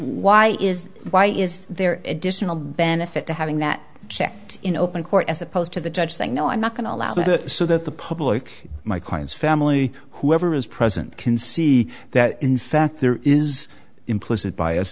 why is why is there an additional benefit to having that checked in open court as opposed to the judge saying no i'm not going to allow that so that the public my client's family whoever is present can see that in fact there is implicit b